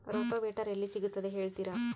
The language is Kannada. ರೋಟೋವೇಟರ್ ಎಲ್ಲಿ ಸಿಗುತ್ತದೆ ಹೇಳ್ತೇರಾ?